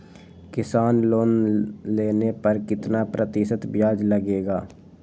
किसान लोन लेने पर कितना प्रतिशत ब्याज लगेगा?